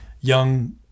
young